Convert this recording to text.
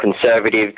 conservative